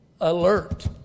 alert